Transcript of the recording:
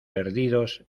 perdidos